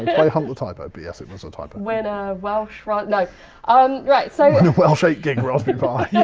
but play hunt the typo. but yes, it was a typo. when a welsh, no, like um right so welsh eight gig raspberry pi. yeah